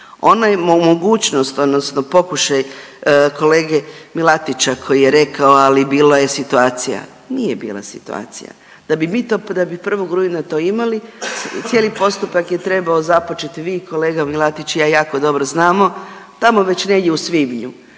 Onaj mogućnost odnosno pokušaj kolege Milatića koji je rekao, ali bila je situacija, nije bila situacija. Da bi mi to, da bi 1. rujna to imali cijeli postupak je trebao započeti, vi kolega Milatić i ja jako dobro znamo, tamo već negdje u svibnju,